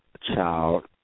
child